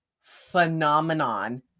Phenomenon